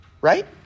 Right